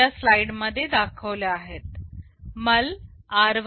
MUL r1 r2 r3